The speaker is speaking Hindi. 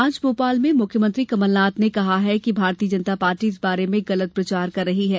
आज भोपाल में मुख्यमंत्री कमलनाथ कहा कि भारतीय जनता पार्टी इस बारे में गलत प्रचार कर रही है